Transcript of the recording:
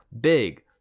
big